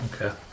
Okay